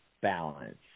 balance